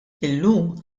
illum